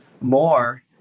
more